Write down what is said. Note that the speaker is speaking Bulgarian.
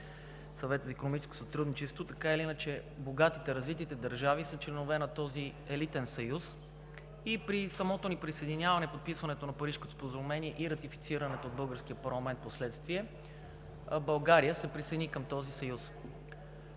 Съвета за икономическо сътрудничество. Така или иначе, богатите, развитите държави са членове на този елитен съюз и при самото ни присъединяване и подписването на Парижкото споразумение и ратифицирането в българския парламент впоследствие България се присъедини към този съюз.